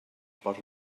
posa